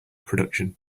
production